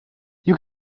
you